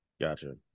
Gotcha